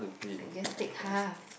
I just take half